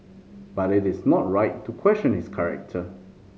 but it is not right to question his character